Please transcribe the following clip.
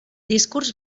discurs